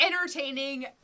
entertaining